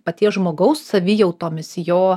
paties žmogaus savijautomis jo